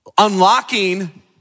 Unlocking